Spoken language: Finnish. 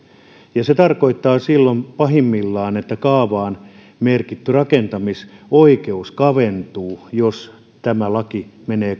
ja se tarkoittaa silloin pahimmillaan sitä että kaavaan merkitty rakentamisoikeus kaventuu jos tämä laki menee